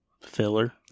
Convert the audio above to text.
filler